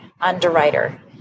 underwriter